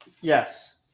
Yes